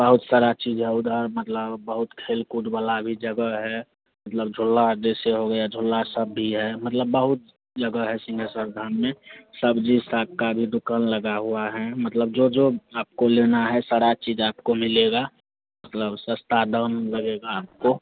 बहुत सारा चीज़ है उधर मतलब बहुत खेल कूद वाला भी जगह है मतलब झूलना जैसे हो गया झूलना सब भी है मतलब बहुत जगह है सिंहेश्वर धाम में सब्ज़ी साग का भी दुकान लगा हुआ है मतलब जो जो आपको लेना है सारा चीज़ आपको मिलेगा मतलब सस्ता दाम लगेगा आपको